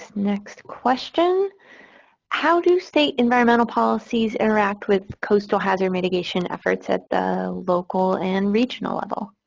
next question how do state environmental policies interact with coastal hazard mitigation efforts at the local and regional level?